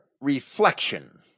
reflection